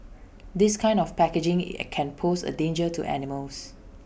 this kind of packaging can pose A danger to animals